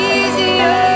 easier